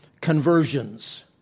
conversions